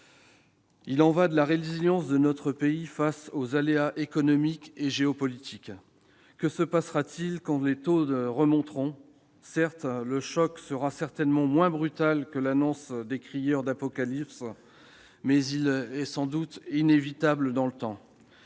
Il y va de la résilience de notre pays face aux aléas économiques et géopolitiques. Que se passera-t-il quand les taux remonteront ? Certes, le choc sera certainement moins brutal que ce qu'annoncent les crieurs d'apocalypse, mais il est inévitable dans le temps.